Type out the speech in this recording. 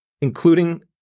including